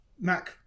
Mac